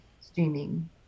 streaming